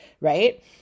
right